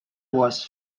was